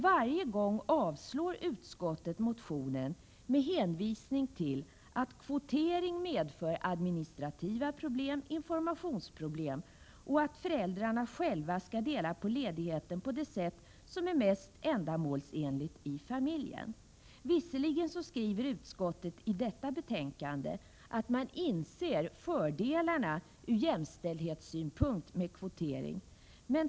Varje gång avstyrker utskottet motionen med hänvisning till att kvotering medför administrativa problem, informationsproblem och att föräldrarna själva skall dela på ledigheten på det sätt som är mest ändamålsenligt i familjen. Visserligen skriver utskottet i detta betänkande att man inser fördelarna med kvotering ur jämställdhetssynpunkt.